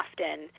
often